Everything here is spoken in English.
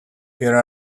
here